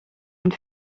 une